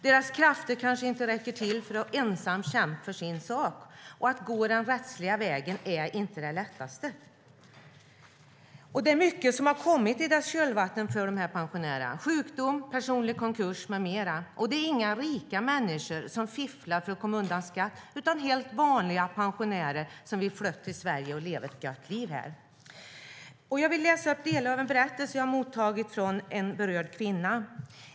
Deras krafter kanske inte räcker till för att ensamma kämpa för sin sak, och att gå den rättsliga vägen är inte det lättaste. Det är mycket som har kommit i kölvattnet av detta för de här pensionärerna: sjukdom, personlig konkurs med mera. Och det är inga rika människor som fifflar för att komma undan skatt utan helt vanliga pensionärer som vill flytta till Sverige och leva ett gott liv här. Jag vill läsa upp delar av en berättelse som jag mottagit från en berörd kvinna.